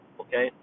okay